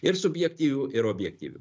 ir subjektyvių ir objektyvių